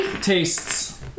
tastes